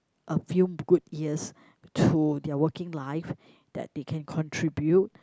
a few good years to their working life that they can contribute